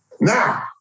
Now